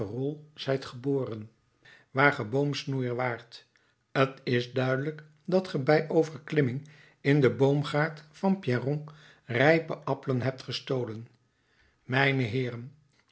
zijt geboren waar ge boomsnoeier waart t is duidelijk dat ge bij overklimming in den boomgaard van pierron rijpe appelen hebt gestolen mijne heeren